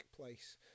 place